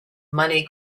money